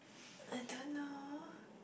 I don't know